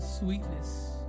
Sweetness